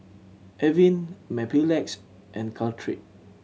Avene Mepilex and Caltrate